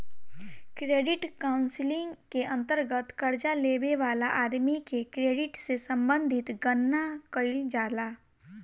credit counselling के अंतर्गत कर्जा लेबे वाला आदमी के क्रेडिट से संबंधित गणना कईल जाला